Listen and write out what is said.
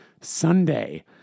Sunday